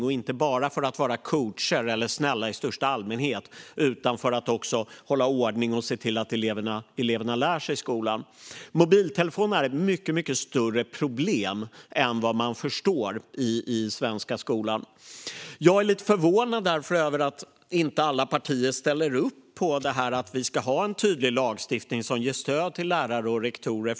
De gör det inte bara för att vara coacher eller snälla i största allmänhet utan också för att hålla ordning och se till att eleverna lär sig i skolan. Mobiltelefonerna är ett mycket större problem än vad man förstår i den svenska skolan. Jag är därför lite förvånad över att alla partier inte ställer upp på att vi ska ha en tydlig lagstiftning som ger stöd till lärare och rektorer.